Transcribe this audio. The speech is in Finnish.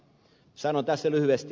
sanon tässä lyhyesti